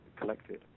collected